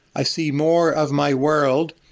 i see more of my world.